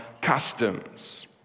customs